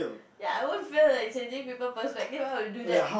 ya I won't feel like changing people's perspective I want to do that